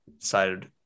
decided